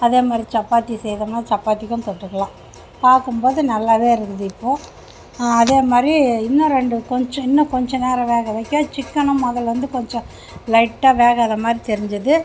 அதே மாதிரி சப்பாத்தி செய்தோம்னால் சப்பாத்திக்கும் தொட்டுக்கலாம் பார்க்கும்போது நல்லா தான் இருக்குது இப்போது அதே மாதிரி இன்னும் ரெண்டு கொஞ்சம் இன்னும் கொஞ்சம் நேரம் வேக வைக்க சிக்கனும் மொதல்லேருந்து கொஞ்சம் லைட்டாக வேகாத மாதிரி தெரிஞ்சுது